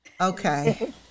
Okay